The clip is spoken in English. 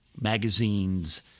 Magazines